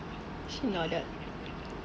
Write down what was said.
she nodded